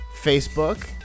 Facebook